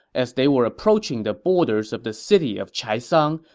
as they were approaching the borders of the city of chaisang,